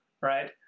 right